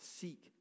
seek